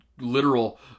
Literal